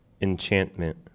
enchantment